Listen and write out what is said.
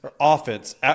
offense